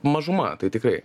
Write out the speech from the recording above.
mažuma tai tikrai